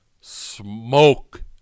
smoke